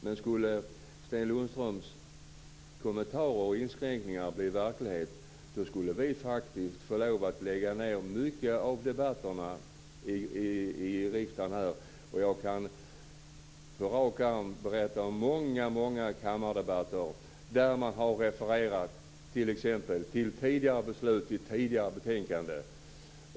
Men skulle Sten Lundströms kommentarer och inskränkningar bli verklighet skulle vi faktiskt få lov att lägga ned mycket av debatterna här i riksdagen. Jag kan på rak arm berätta om många kammardebatter där man t.ex. har refererat till tidigare beslut i ett tidigare betänkande.